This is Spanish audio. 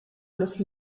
los